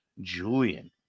Julian